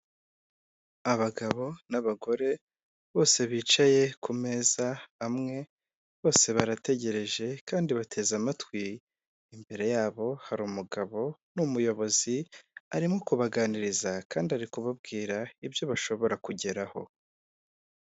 Abagabo n'abagore bose bicaye ku meza amwe, bose barategereje kandi bateze amatwi, imbere yabo hari umugabo ni umuyobozi, arimo kubaganiriza kandi ari kubabwira ibyo bashobora kugeraho.